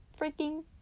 freaking